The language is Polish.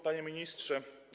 Panie Ministrze!